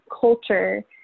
culture